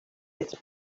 its